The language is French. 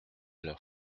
leur